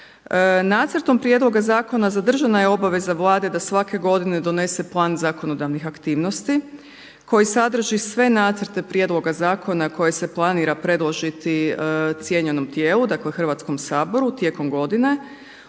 Nacrtom prijedloga zakona zadržana je obaveza Vlade da svake godine donese plan zakonodavnih aktivnosti koji sadrži sve nacrte prijedloga zakona koje se planira predložiti cijenjenom tijelu, dakle Hrvatskom saboru tijekom godine